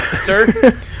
sir